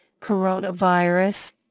coronavirus